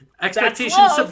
expectations